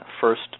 first